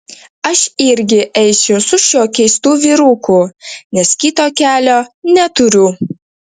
aš irgi eisiu su šiuo keistu vyruku nes kito kelio neturiu